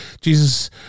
Jesus